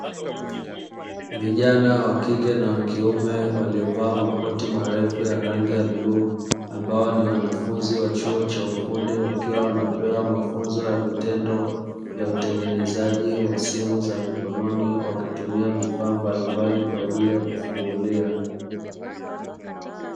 Vijana wa kike na wa kiume waliovaa makoti marefu ya rangi ya bluu ambao ni wanafunzi wa chuo cha ufundi, wakiwa wanapewa mafunzo ya vitendo ya utengenezaji wa simu za mkononi wakitumia vifaa mbalimbali kwa ajili ya kufungulia.